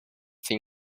thin